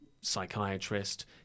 psychiatrist